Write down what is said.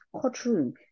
courtroom